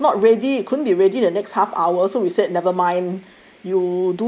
when room was not ready it couldn't be ready the next half hour so we said never mind